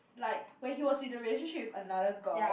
like when he was with the relationship with another girl